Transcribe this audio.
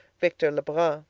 victor lebrun.